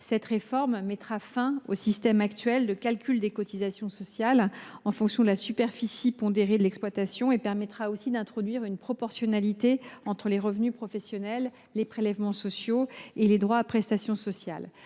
Cette réforme mettra fin au système actuel selon lequel les cotisations sociales sont calculées en fonction de la superficie pondérée de l’exploitation. Elle permettra aussi d’introduire une proportionnalité entre les revenus professionnels, les prélèvements sociaux et les droits à prestation sociale,